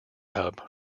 hub